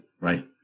Right